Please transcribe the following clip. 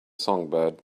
songbird